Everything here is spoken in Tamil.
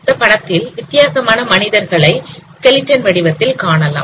இந்த படத்தில் வித்தியாசமான மனிதர்களை ஸ்கெலிடன் வடிவத்தில் காணலாம்